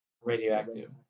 radioactive